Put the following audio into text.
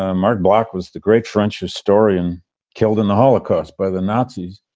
ah mark block was the great french historian killed in the holocaust by the nazis.